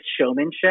showmanship